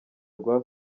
rwa